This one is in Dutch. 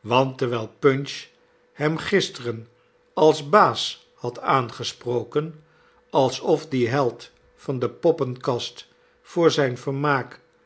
want terwijl punch hem gisteren als baas had aangesproken alsof die held van de poppenkast voor zijn vermaak